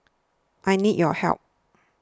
I need your help